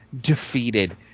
defeated